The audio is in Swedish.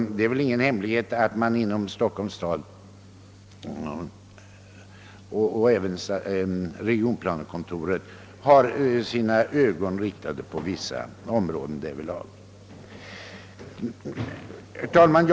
Det är väl ingen hemlighet att man inom Stockholms stad och även regionplanekontoret har uppmärksamheten riktad på vissa områden härvidlag. Herr talman!